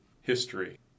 history